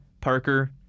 Parker